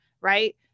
right